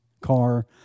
car